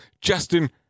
Justin